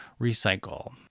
recycle